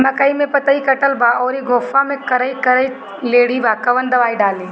मकई में पतयी कटल बा अउरी गोफवा मैं करिया करिया लेढ़ी बा कवन दवाई डाली?